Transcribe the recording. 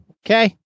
okay